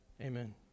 Amen